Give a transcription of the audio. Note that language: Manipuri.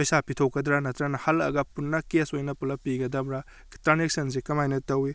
ꯄꯩꯁꯥ ꯄꯤꯊꯣꯛꯀꯗ꯭ꯔ ꯅꯠꯇ꯭ꯔꯅ ꯍꯜꯂꯛꯑꯒ ꯄꯨꯟꯅ ꯀꯦꯁ ꯑꯣꯏꯅ ꯄꯨꯂꯞ ꯄꯤꯒꯗꯕ꯭ꯔ ꯇ꯭ꯔꯥꯟꯅꯦꯛꯁꯟꯁꯦ ꯀꯃꯥꯏꯅ ꯇꯧꯏ